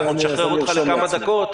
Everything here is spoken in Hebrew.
נשחרר אותך לכמה דקות,